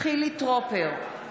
חילי טרופר,